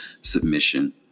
submission